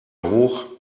hoch